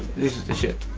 this is the shit.